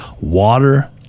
Water